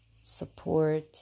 support